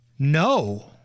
No